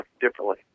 differently